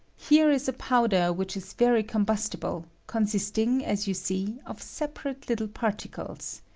here is a powder which is very combustible, consist ing, as you see, of separate little particles.